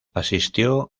asistió